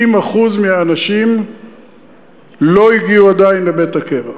50% מהאנשים לא הגיעו עדיין לבית הקבע.